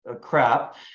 crap